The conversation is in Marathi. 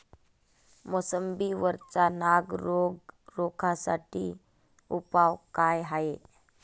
मोसंबी वरचा नाग रोग रोखा साठी उपाव का हाये?